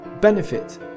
benefit